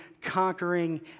conquering